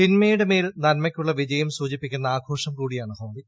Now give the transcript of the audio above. തിന്മയുടെ മേൽ നന്മയ്ക്കുള്ള വിജയം സൂചിപ്പിക്കുന്ന ആഘോഷം കൂടിയാണ് ഹോളി